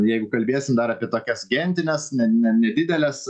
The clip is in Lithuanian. jeigu kalbėsim dar apie tokias gentines ne ne nedideles